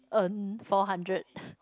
earn four hundred